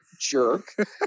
jerk